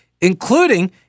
including